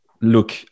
look